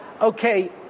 okay